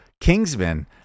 Kingsman